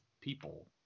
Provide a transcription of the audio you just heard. people